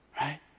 Right